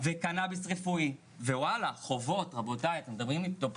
וקנאביס רפואי וואלה חובות רבותיי אתם מדברים פה,